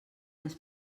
les